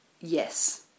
Yes